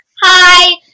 Hi